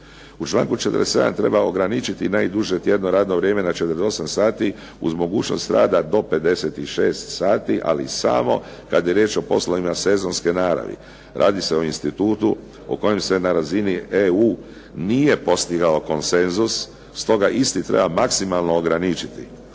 U članku 47. treba ograničiti najduže tjedno radno vrijeme na 48 sati uz mogućnost rada do 56 sati, ali samo kada je riječ o poslovima sezonske naravi. Radi se o institutu o kojem se na razini EU nije postigao konsenzus stoga isti treba maksimalno ograničiti.